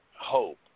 hope